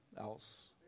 else